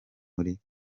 muri